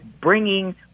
bringing